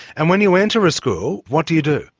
and when you enter a school, what do you do?